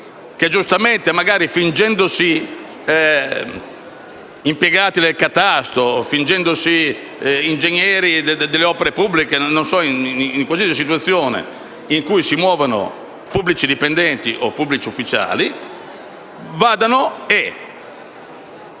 che, giustamente, magari fingendosi impiegati del catasto, ingegneri di opere pubbliche o in qualsiasi situazione in cui si muovano i pubblici dipendenti o i pubblici ufficiali, vengano a